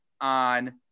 on